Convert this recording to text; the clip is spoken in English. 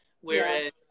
Whereas